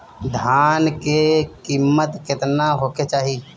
धान के किमत केतना होखे चाही?